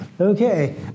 Okay